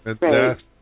right